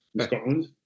Scotland